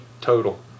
total